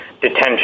detention